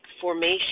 formation